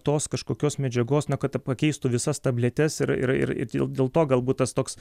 tos kažkokios medžiagos na kad pakeistų visas tabletes ir ir dėl to galbūt tas toks